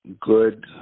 good